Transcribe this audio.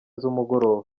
z’umugoroba